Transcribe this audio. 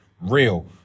real